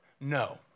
No